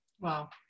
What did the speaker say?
Wow